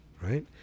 Right